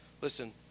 Listen